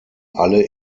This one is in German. alle